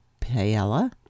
paella